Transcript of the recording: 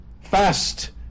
Fast